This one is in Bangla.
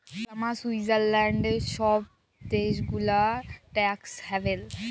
পালামা, সুইৎজারল্যাল্ড ছব দ্যাশ গুলা ট্যাক্স হ্যাভেল